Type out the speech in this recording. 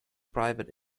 private